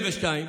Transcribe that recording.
2022,